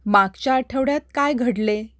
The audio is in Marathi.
मागच्या आठवड्यात काय घडले